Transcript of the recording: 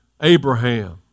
Abraham